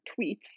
tweets